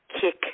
kick